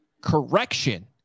Correction